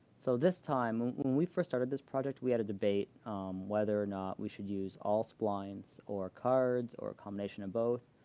so this time when we first started this project, we had a debate whether or not we should use all splines or cards or a combination of both.